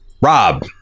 Rob